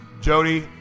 Jody